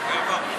עבר.